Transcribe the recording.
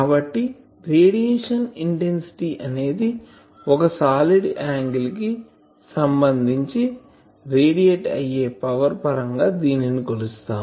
కాబట్టి radiation intensity అనేది ఒక సాలిడ్ యాంగిల్ కి సంబంధించి రేడియేట్ అయ్యే పవర్ పరంగా దీనిని కొలుస్తారు